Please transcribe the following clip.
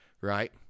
right